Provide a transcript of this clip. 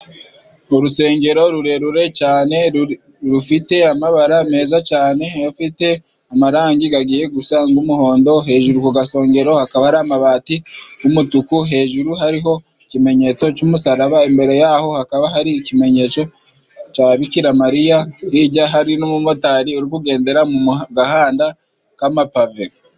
Urusengero rurerure cyane rufite amabara meza cyane afite amarangi gagiye gusanga n'umuhondo hejuru ku gasongero hakaba hari amabati y'umutuku hejuru hariho ikimenyetso cy'umusaraba imbere yaho hakaba hari ikimenyetso cya bikiramariya hijya hari n'umumotari uri kugendera mu gahanda ka mapave.